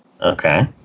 Okay